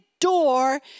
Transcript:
door